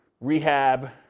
rehab